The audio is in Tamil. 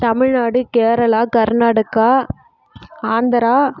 தமிழ்நாடு கேரளா கர்நாடகா ஆந்திரா